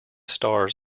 stars